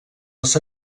les